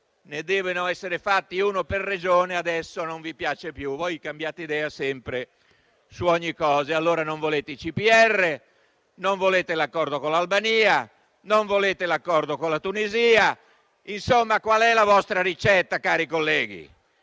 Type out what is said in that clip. CPR devono essere realizzati uno per regione. Adesso questa legge non vi piace più. Voi cambiate idea sempre, su ogni cosa. Non volete i CPR. Non volete l'accordo con l'Albania. Non volete l'accordo con la Tunisia. Insomma, qual è la vostra ricetta, cari colleghi: